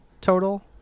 total